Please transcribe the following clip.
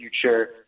future